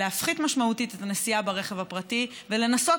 להפחית משמעותית את הנסיעה ברכב הפרטי ולנסות